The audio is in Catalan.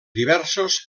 diversos